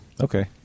Okay